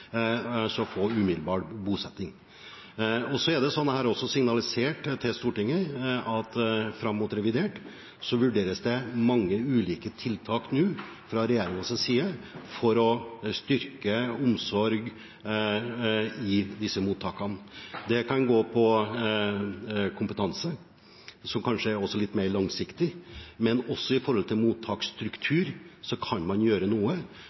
altså få umiddelbar bosetting. Så er det signalisert til Stortinget at fram mot revidert nasjonalbudsjett vurderes det mange ulike tiltak fra regjeringens side for å styrke omsorgen i disse mottakene. Det kan gå på kompetanse, som kanskje er litt mer langsiktig, men også når det gjelder mottaksstruktur, kan man gjøre noe,